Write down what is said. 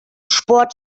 sport